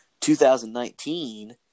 2019